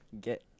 get